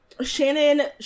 Shannon